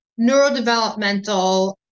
neurodevelopmental